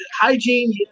hygiene